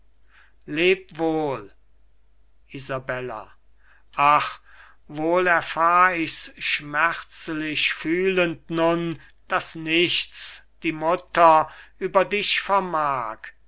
leb wohl isabella ach wohl erfahr ich's schmerzlich fühlend nun daß nichts die mutter über dich vermag